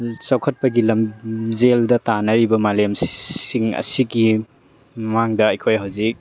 ꯆꯥꯎꯈꯠꯄꯒꯤ ꯂꯝꯖꯦꯜꯗ ꯇꯥꯟꯅꯔꯤꯕ ꯃꯥꯂꯦꯝꯁꯤꯡ ꯑꯁꯤꯒꯤ ꯃꯃꯥꯡꯗ ꯑꯩꯈꯣꯏ ꯍꯧꯖꯤꯛ